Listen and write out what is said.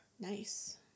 nice